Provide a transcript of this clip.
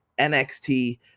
nxt